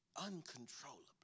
uncontrollably